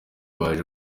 baje